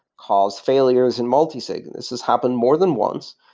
caused failures in multisig. and this has happened more than once,